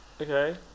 Okay